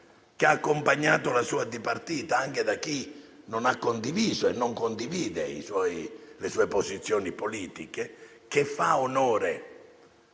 che ha accompagnato la sua dipartita, anche da chi non ha condiviso e non condivide le sue posizioni politiche, che fa onore